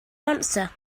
answer